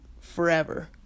forever